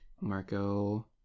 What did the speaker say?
Marco